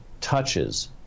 touches